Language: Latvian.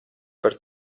par